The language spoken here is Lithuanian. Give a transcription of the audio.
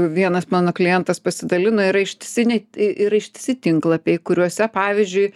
vienas mano klientas pasidalino yra ištisiniai y yra ištisi tinklapiai kuriuose pavyzdžiui